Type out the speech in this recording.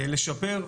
לשיפור,